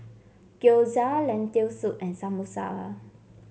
Gyoza Lentil Soup and Samosa